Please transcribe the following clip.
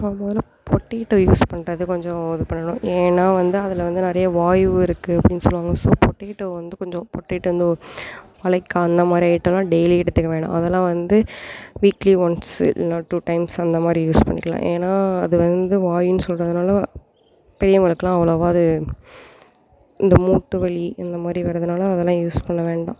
முதல்ல potato use பண்ணுறத கொஞ்சம் இது பண்ணணும் ஏன்னா வந்து அதில் வந்து நிறைய வாய்வு இருக்குது அப்டின்னு சொல்லுவாங்க ஸோ பொட்டேட்டோ வந்து கொஞ்சம் பொட்டேட்டோ வந்து வாழைக்கா அந்தமாதிரி ஐட்டம்லாம் டெய்லி எடுத்துக்க வேணாம் அதெல்லாம் வந்து வீக்லி ஒன்ஸ்ஸு இல்லைனா டூ டைம்ஸ் அந்தமாதிரி யூஸ் பண்ணிக்கலாம் ஏன்னா அது வந்து வாயுன்னு சொல்கிறதுனால பெரியவங்களுக்கெலாம் அவ்வளோவா அது இந்த மூட்டு வலி இந்தமாதிரி வரதனால அதெல்லாம் யூஸ் பண்ண வேண்டாம்